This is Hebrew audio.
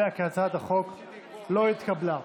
כנסת נכבדה,